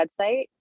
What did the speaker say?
website